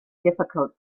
difficult